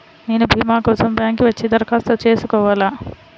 నేను భీమా కోసం బ్యాంక్కి వచ్చి దరఖాస్తు చేసుకోవాలా?